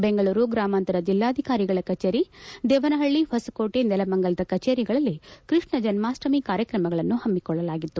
ಬೆಂಗಳೂರು ಗ್ರಾಮಾಂತರ ಜೆಲ್ಲಾಧಿಕಾರಿಗಳ ಕಚೇರಿ ದೇವನಹಳ್ಳಿ ಹೊಸಕೋಟೆ ನೆಲಮಂಗಲದ ಕಚೇರಿಗಳಲ್ಲಿ ಕೃಷ್ಣ ಜನ್ಮಾಷ್ವಮಿ ಕಾರ್ಯಕ್ರಮಗಳನ್ನು ಹಮ್ಮಿಕೊಳ್ಳಲಾಗಿತ್ತು